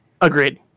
Agreed